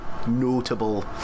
notable